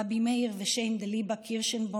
רבי מאיר ושיינדל ליבע קירשנבוים,